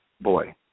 boy